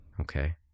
Okay